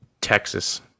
Texas